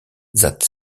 that